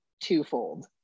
twofold